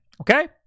Okay